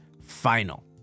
Final